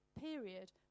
period